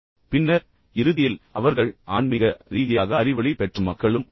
பின்னர் இறுதியில் அவர்கள் ஆன்மீக ரீதியாக அறிவொளி பெற்ற மக்களும் உள்ளனர்